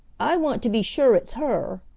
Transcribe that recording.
i want to be sure it's her.